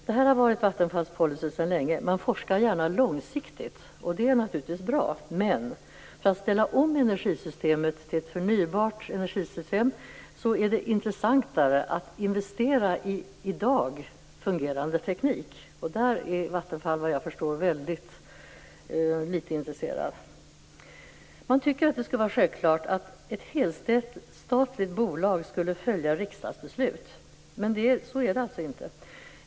Detta har varit Vattenfalls policy sedan länge. Man forskar gärna långsiktigt, vilket naturligtvis är bra, men för att ställa om energisystemet till ett förnybart energisystem är det intressantare att investera i i dag fungerande teknik. Av detta har Vattenfall såvitt jag förstår väldigt litet intresse. Man tycker att det skulle vara självklart att ett helstatligt bolag skulle följa riksdagsbeslut. Men så är det alltså inte.